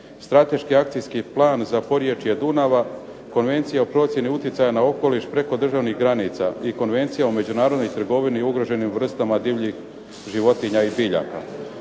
strateški akcijski plan za porječje Dunava, Konvencija o procjeni utjecaja na okoliš prekodržavnih granica, i Konvencija o međunarodnoj trgovini i ugroženim vrstama divljih životinja i biljaka.